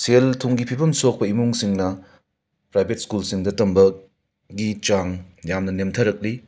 ꯁꯦꯜ ꯊꯨꯝꯒꯤ ꯐꯤꯕꯝꯁꯨ ꯑꯩꯈꯣꯏ ꯏꯃꯨꯡꯁꯤꯡꯅ ꯄ꯭ꯔꯥꯏꯕꯦꯠ ꯁ꯭ꯀꯨꯜꯁꯤꯡꯗ ꯇꯝꯕ ꯒꯤ ꯆꯥꯡ ꯌꯥꯝ ꯅꯦꯝꯊꯔꯛꯂꯤ